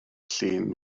llun